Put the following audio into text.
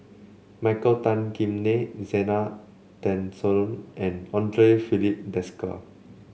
Michael Tan Kim Nei Zena Tessensohn and Andre Filipe Desker